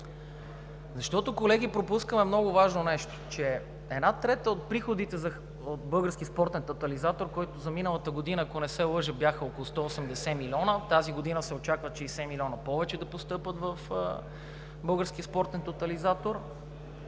развие. Колеги, пропускаме много важно нещо – една трета от приходите от Българския спортен тотализатор, които за миналата година, ако не се лъжа, бяха около 180 милиона, тази година се очаква да постъпят 60 милиона повече в Българския спортен тотализатор